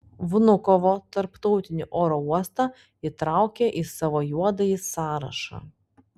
vnukovo tarptautinį oro uostą įtraukė į savo juodąjį sąrašą